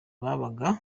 babaga